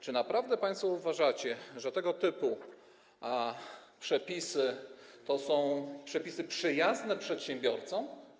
Czy naprawdę państwo uważacie, że tego typu przepisy są przyjazne przedsiębiorcom?